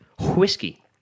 Whiskey